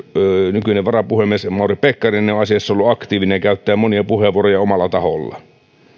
nykyinen varapuhemies mauri pekkarinen on asiassa ollut aktiivinen käyttäen monia puheenvuoroja omalla tahollaan